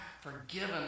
forgiven